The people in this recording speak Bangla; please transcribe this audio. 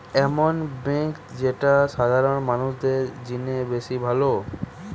এমন বেঙ্ক যেটা সাধারণ মানুষদের জিনে বেশ ভালো